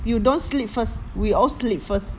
you don't sleep first we all sleep first